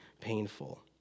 painful